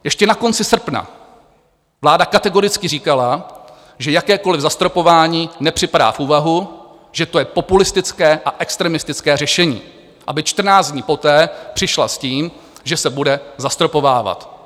Ještě na konci srpna vláda kategoricky říkala, že jakékoliv zastropování nepřipadá v úvahu, že to je populistické a extremistické řešení, aby čtrnáct dní poté přišla s tím, že se bude zastropovávat.